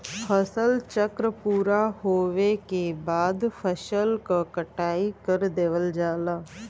फसल चक्र पूरा होवे के बाद फसल क कटाई कर देवल जाला